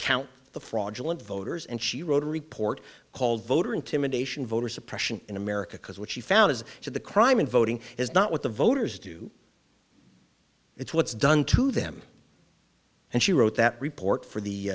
count the fraudulent voters and she wrote a report called voter intimidation voter suppression in america because what she found is that the crime in voting is not what the voters do it's what's done to them and she wrote that report for the